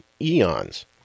eons